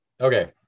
Okay